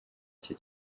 cye